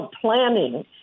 planning